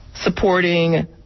supporting